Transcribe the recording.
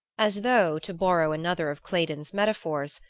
as though, to borrow another of claydon's metaphors,